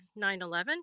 9-11